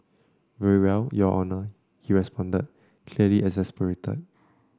very well your Honour he responded clearly exasperated